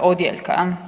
odjeljka.